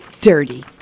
dirty